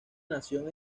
nación